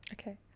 Okay